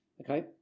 Okay